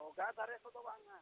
ᱨᱳᱜᱟ ᱫᱟᱨᱮ ᱠᱚᱫᱚ ᱵᱟᱝ